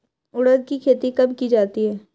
उड़द की खेती कब की जाती है?